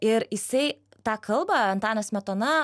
ir jisai tą kalbą antanas smetona